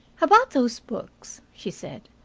about those books, she said.